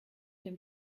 dem